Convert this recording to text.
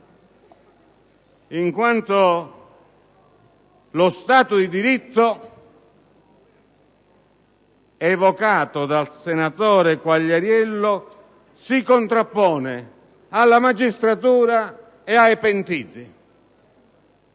in quanto lo Stato di diritto, evocato dal senatore Quagliariello, si contrappone alla magistratura ed ai pentiti.